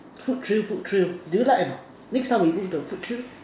food trail food trail do you like a not next time we go the food trail